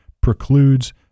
precludes